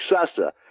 successor